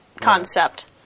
concept